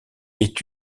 est